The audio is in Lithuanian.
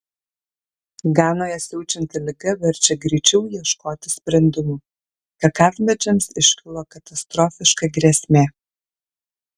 ganoje siaučianti liga verčia greičiau ieškoti sprendimų kakavmedžiams iškilo katastrofiška grėsmė